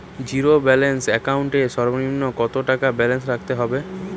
Zero balance account এর সর্বনিম্ন কত টাকা ব্যালেন্স রাখতে হবে?